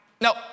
No